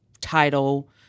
Title